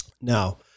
Now